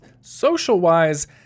Social-wise